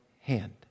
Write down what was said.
hand